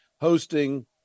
hosting